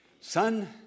son